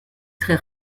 très